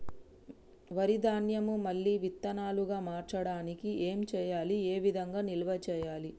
వరి ధాన్యము మళ్ళీ విత్తనాలు గా మార్చడానికి ఏం చేయాలి ఏ విధంగా నిల్వ చేయాలి?